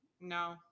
No